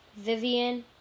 Vivian